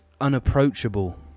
unapproachable